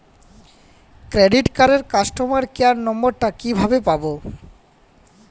Credit কার্ডের customer care number টা কিভাবে পাবো?